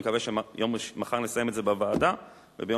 נקווה שמחר נסיים את זה בוועדה וביום